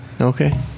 Okay